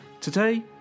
today